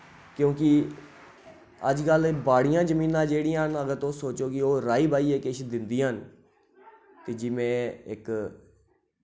क्यूंकि अज्जकल बाड़ियां जमीनां जेह्ड़ियां न अगर तुस सोच्चो कि ओह राही बाहियै किश दिन्दियां न ते जी में इक